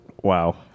Wow